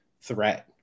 threat